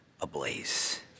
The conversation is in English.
ablaze